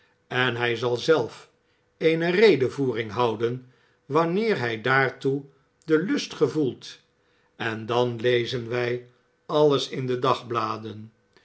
en hij zal zelf eene redevoering houden wanneer hij daartoe den lust gevoelt en dan lezen wij alles in de dagbladen